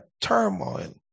turmoil